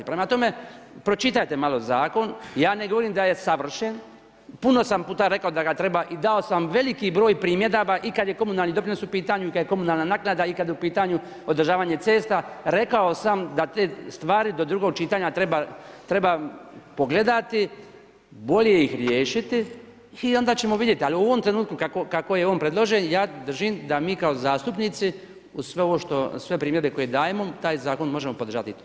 Prema tome, pročitajte malo zakon, ja ne govorim da je savršen, puno sam puta rekao da ga treba i dao sam velik broj primjedaba i kad je komunalni doprinos u pitanju i kad je komunalna naknada i kad je u pitanju održavanje cesta, rekao sam da te stvari do drugog čitanja pogledati, bolje ih riješiti i onda ćemo vidjet ali u ovom trenutku kako je on predložen, ja držim da mi kao zastupnici uz sve primjedbe koje dajemo, taj zakon možemo podržati.